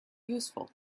useful